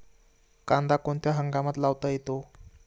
कांदा कोणत्या हंगामात लावता येतो?